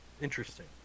Interesting